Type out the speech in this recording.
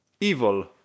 evil